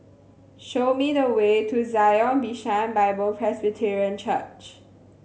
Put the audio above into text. show me the way to Zion Bishan Bible Presbyterian Church